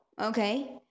Okay